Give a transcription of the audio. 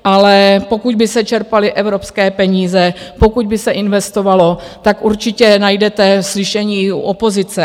Ale pokud by se čerpaly evropské peníze, pokud by se investovalo, tak určitě najdete slyšení i u opozice.